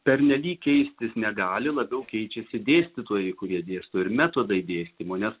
pernelyg keistis negali labiau keičiasi dėstytojai kurie dėsto ir metodai dėstymo nes